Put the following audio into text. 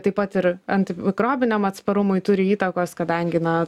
taip pat ir antimikrobiniam atsparumui turi įtakos kadangi na